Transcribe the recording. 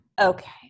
Okay